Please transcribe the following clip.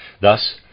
Thus